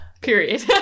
Period